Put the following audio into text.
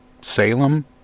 Salem